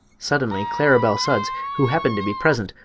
suddenly claribel sudds, who happened to be present,